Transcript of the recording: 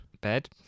Bed